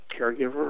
caregiver